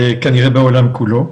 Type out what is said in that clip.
וכנראה בעולם כולו,